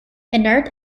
inert